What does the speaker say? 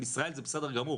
זה בסדר גמור